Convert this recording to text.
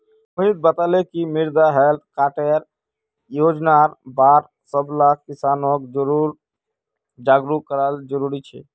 मोहित बताले कि मृदा हैल्थ कार्ड योजनार बार सबला किसानक जागरूक करना जरूरी छोक